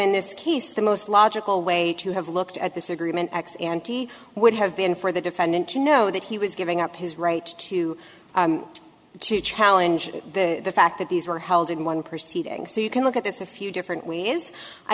in this case the most logical way to have looked at this agreement ex ante would have been for the defendant to know that he was giving up his right to challenge the fact that these were held in one perceiving so you can look at this a few different we as i